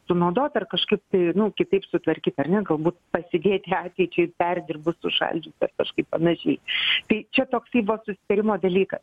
sunaudot ar kažkaip tai nu kitaip sutvarkyt ar ne galbūt pasidėti ateičiai perdirbus sušaldžius ar kažkaip panašiai tai čia toksai vat susitarimo dalykas